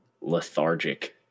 lethargic